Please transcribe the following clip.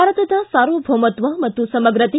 ಭಾರತದ ಸಾರ್ವಭೌಮತ್ವ ಮತ್ತು ಸಮಗ್ರತೆ